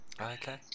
Okay